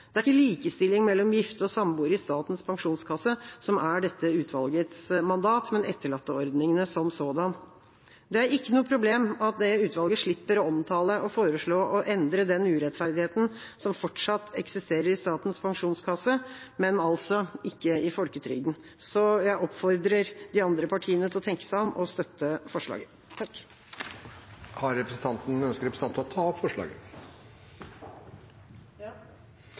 Det er ikke likestilling mellom gifte og samboere i Statens pensjonskasse som er dette utvalgets mandat, men etterlatteordningene som sådan. Det er ikke noe problem at det utvalget slipper å omtale og foreslå å endre den urettferdigheten som fortsatt eksisterer i Statens pensjonskasse, men ikke i folketrygden. Så jeg oppfordrer de andre partiene til å tenke seg om og å støtte forslaget. Ønsker representanten å ta opp forslag? Ja,